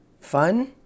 fun